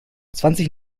zwanzig